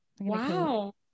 Wow